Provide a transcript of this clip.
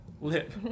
Lip